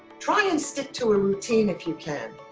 try and stick to a routine if you can.